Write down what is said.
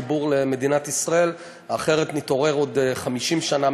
שקל שאמור ללכת לילדה בשדרות ותעביר לילדה באוקלהומה?